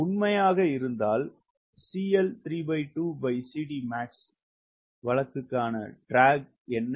slide நேரத்தைப் பார்க்கவும் 1508 இது உண்மையாக இருந்தால் வழக்குக்கான ட்ராக் என்ன